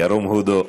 ירום הודו.